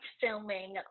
filming